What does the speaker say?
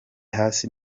hasi